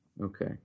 okay